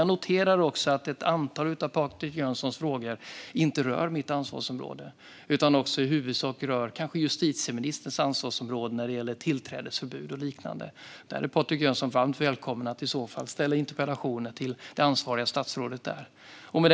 Jag noterar också att ett antal av Patrik Jönssons frågor inte rör mitt ansvarsområde, utan i huvudsak kanske rör justitieministerns ansvarsområde när det gäller tillträdesförbud och liknande. Patrik Jönsson är varmt välkommen att ställa interpellationer till det ansvariga statsrådet för dessa frågor.